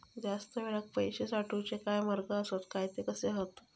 जास्त वेळाक पैशे साठवूचे काय मार्ग आसत काय ते कसे हत?